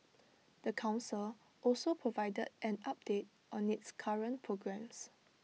the Council also provided an update on its current programmes